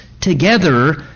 together